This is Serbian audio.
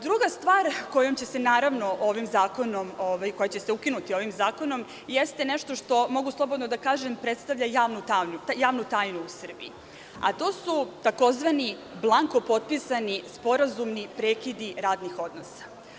Druga stvar koja će se ukinuti ovim zakonom, jeste nešto, što mogu slobodno da kažem, predstavlja javnu tajnu u Srbiji, a to su takozvani blanko potpisani sporazumi i prekidi radnih odnosa.